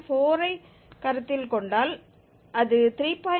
4 ஐக் கருத்தில் கொண்டால் அது 3